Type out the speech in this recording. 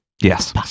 Yes